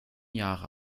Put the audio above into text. jahre